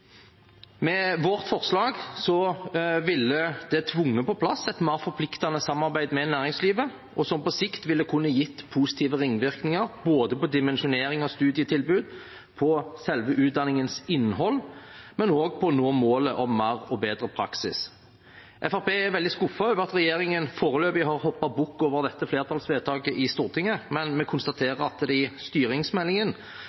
Med vårt forslag ville man tvunget på plass et mer forpliktende samarbeid med næringslivet som på sikt kunne gitt positive ringvirkninger, både på dimensjonering av studietilbud, på selve utdanningens innhold og på å nå målet om mer og bedre praksis. Fremskrittspartiet er veldig skuffet over at regjeringen foreløpig har hoppet bukk over dette flertallsvedtaket i Stortinget, men vi